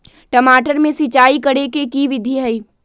टमाटर में सिचाई करे के की विधि हई?